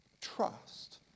trust